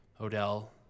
Odell